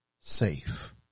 safe